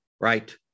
right